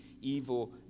evil